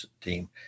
team